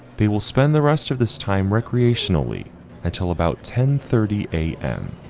they will spend the rest of this time recreationally until about ten thirty a m.